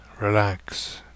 relax